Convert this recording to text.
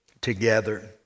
together